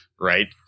right